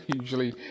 usually